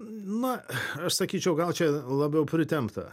na aš sakyčiau gal čia labiau pritempta